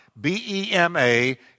B-E-M-A